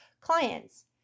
clients